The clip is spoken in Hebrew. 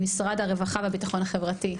משרד הרווחה והביטחון החברתי.